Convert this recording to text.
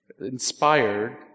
inspired